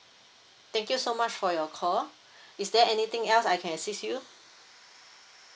thank you so much for your call is there anything else I can assist you